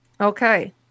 Okay